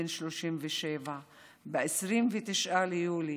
בן 37. ב-29 ביולי